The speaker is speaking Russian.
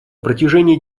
протяжении